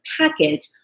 packet